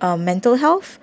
uh mental health